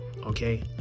Okay